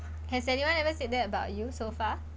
has anyone ever said that about you so far